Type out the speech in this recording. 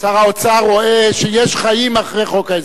שר האוצר רואה שיש חיים אחרי חוק ההסדרים.